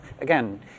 again